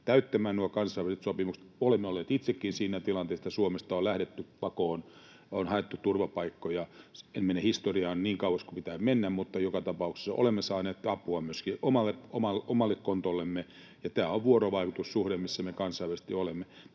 täyttämään nuo kansainväliset sopimukset. Olemme olleet itsekin siinä tilanteessa, että Suomesta on lähdetty pakoon, on haettu turvapaikkoja. En mene historiaan niin kauas kuin pitää mennä, mutta joka tapauksessa olemme saaneet apua myös omalle kontollemme, ja tämä on vuorovaikutussuhde, missä me kansainvälisesti olemme.